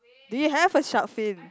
did you have a shark fin